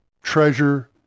treasure